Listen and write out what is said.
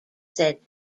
said